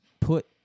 put